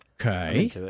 okay